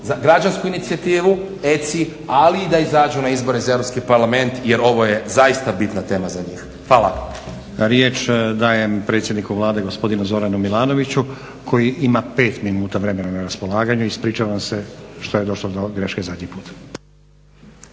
građansku inicijativu ECI, ali da i izađu na izbore za Europski parlament jer ovo je zaista bitna tema za njih. Hvala. **Stazić, Nenad (SDP)** Riječ dajem predsjedniku Vlade gospodinu Zoranu Milanoviću koji ima pet minuta vremena na raspolaganju. Ispričavam se što je došlo do greške zadnji put.